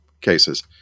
cases